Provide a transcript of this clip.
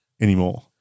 anymore